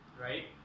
right